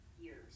years